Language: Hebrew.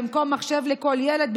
במקום מחשב לכל ילד,